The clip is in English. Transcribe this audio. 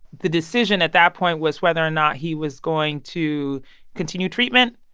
the decision at that point was whether or not he was going to continue treatment,